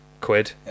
quid